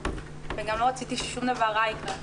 וגם לא רציתי ששום דבר רע יקרה,